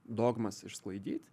dogmas išsklaidyt